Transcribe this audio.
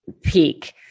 peak